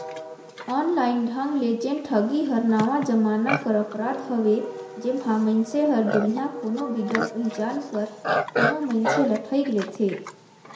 online ढंग ले जेन ठगी हर नावा जमाना कर अपराध हवे जेम्हां मइनसे हर दुरिहां कोनो बिगर पहिचान कर कोनो मइनसे ल ठइग लेथे